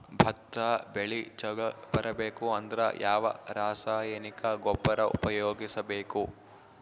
ಭತ್ತ ಬೆಳಿ ಚಲೋ ಬರಬೇಕು ಅಂದ್ರ ಯಾವ ರಾಸಾಯನಿಕ ಗೊಬ್ಬರ ಉಪಯೋಗಿಸ ಬೇಕು?